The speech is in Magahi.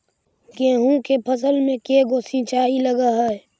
गेहूं के फसल मे के गो सिंचाई लग हय?